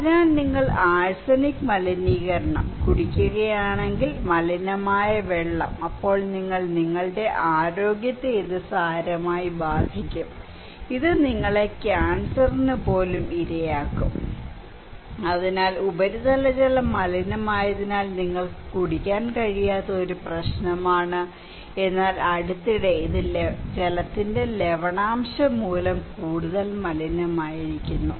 അതിനാൽ നിങ്ങൾ ആർസെനിക് മലിനീകരണം കുടിക്കുകയാണെങ്കിൽ മലിനമായ വെള്ളം അപ്പോൾ നിങ്ങൾ നിങ്ങളുടെ ആരോഗ്യത്തെ സാരമായി ബാധിക്കും ഇത് നിങ്ങളെ ക്യാൻസറിന് പോലും ഇരയാക്കും അതിനാൽ ഉപരിതല ജലം മലിനമായതിനാൽ നിങ്ങൾക്ക് കുടിക്കാൻ കഴിയാത്ത ഒരു പ്രശ്നമാണ് എന്നാൽ അടുത്തിടെ ഇത് ജലത്തിന്റെ ലവണാംശം മൂലം കൂടുതൽ മലിനമായിരിക്കുന്നു